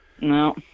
No